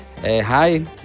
Hi